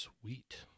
Sweet